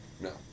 No